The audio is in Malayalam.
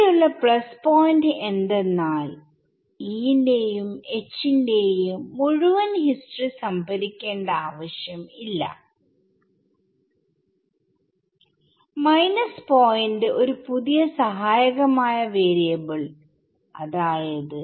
ഇവിടെ ഉള്ള പ്ലസ് പോയിന്റ് എന്തെന്നാൽ E ന്റെയും H ന്റെയും മുഴുവൻ ഹിസ്റ്ററി സംഭരിക്കേണ്ട ആവശ്യം ഇല്ല മൈനസ് പോയിന്റ് ഒരു പുതിയ സഹായകമായ വാരിയബിൾ അതായത്